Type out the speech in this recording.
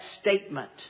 statement